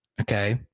Okay